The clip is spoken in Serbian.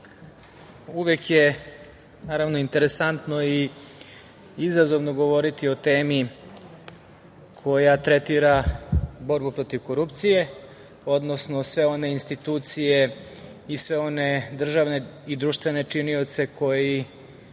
uvek je naravno interesantno i izazovno govoriti o temi koja tretira borbu protiv korupcije, odnosno sve one institucije i sve one državne i društvene činioce koji